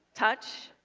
touch,